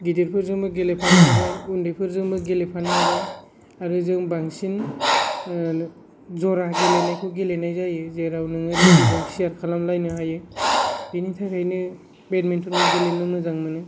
गिदिरफोरजोंबो गेलेफानो हाबाय उन्दैफोरजोंबो गेलेफानो हाबाय आरो जों बांसिन ज'रा गेलेनायखौ गेलेनाय जायो जेराव नों लोगोजों शेयार खालामलायनो हायो बिनि थाखायनो बेदमिन्टनाव गेलेनो मोजां मोनो